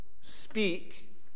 speak